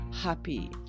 happy